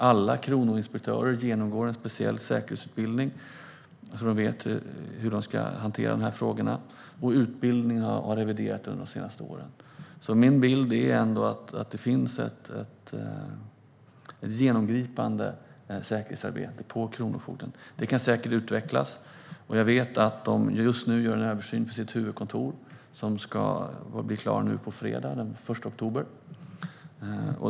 Alla kronofogdeinspektörer genomgår en speciell säkerhetsutbildning så att de vet hur de ska hantera dessa frågor, och utbildningen har reviderats under de senaste åren. Min bild är alltså att det ändå finns ett genomgripande säkerhetsarbete på kronofogden. Det kan säkert utvecklas, och jag vet att man på huvudkontoret just nu gör en översyn som ska vara klar den 1 oktober.